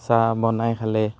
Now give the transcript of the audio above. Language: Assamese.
চাহ বনাই খালে